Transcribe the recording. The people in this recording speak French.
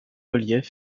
reliefs